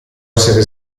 essere